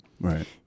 Right